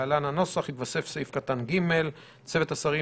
להלן הנוסח: יתווסף סעיף קטן (ג): צוות השרים